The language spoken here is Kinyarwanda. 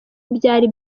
byari